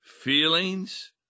feelings